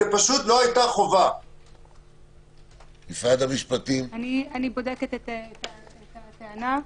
אני בודקת את הטענה.